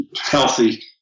healthy